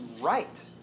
right